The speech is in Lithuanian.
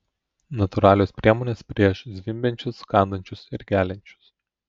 natūralios priemonės prieš zvimbiančius kandančius ir geliančius